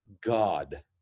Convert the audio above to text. God